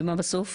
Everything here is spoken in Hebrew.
ומה בסוף?